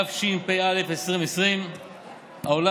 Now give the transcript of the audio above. התשפ"א 2020. העולם,